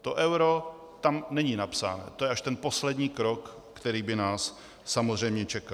To euro tam není napsáno, to je až ten poslední krok, který by nás samozřejmě čekal.